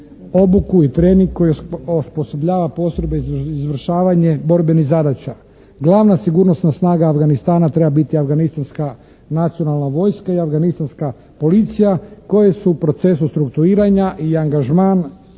obuku i trening koji osposobljava postrojbe za izvršavanje borbenih zadaća. Glavna sigurnosna snaga Afganistana treba biti Afganistanska nacionalna vojska i Afganistanska policija koje su u procesu strukturiranja i angažman